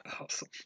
Awesome